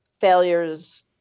failures